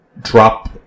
drop